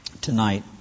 tonight